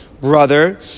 brother